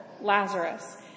Lazarus